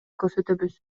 көрсөтөбүз